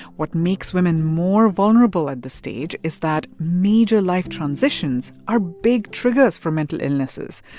what makes women more vulnerable at this stage is that major life transitions are big triggers for mental illnesses,